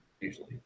usually